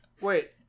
Wait